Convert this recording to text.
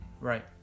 right